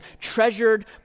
treasured